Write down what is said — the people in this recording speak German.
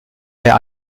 der